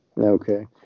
okay